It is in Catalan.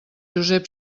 josep